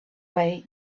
way